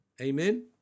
Amen